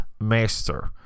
master